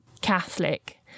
Catholic